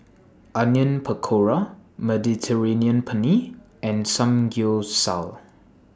Onion Pakora Mediterranean Penne and Samgyeopsal